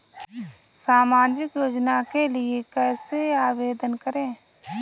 सामाजिक योजना के लिए कैसे आवेदन करें?